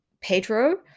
Pedro